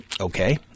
okay